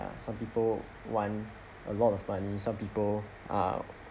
ya some people want a lot of money some people are